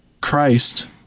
Christ